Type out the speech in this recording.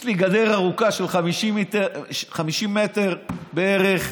יש לי גדר ארוכה של 50 מטר בערך,